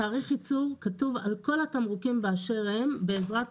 תאריך הייצור כתוב על כל התמרוקים באשר הם בעזרת